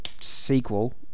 sequel